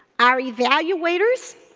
our evaluators,